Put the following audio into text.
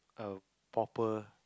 a proper